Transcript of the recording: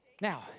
Now